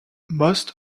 most